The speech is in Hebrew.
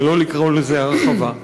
שלא לקרוא לזה הרחבה.